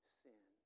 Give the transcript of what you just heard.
sin